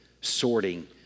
sorting